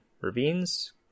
ravines